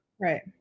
Right